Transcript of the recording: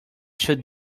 should